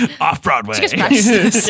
Off-Broadway